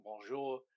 bonjour